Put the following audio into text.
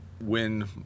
win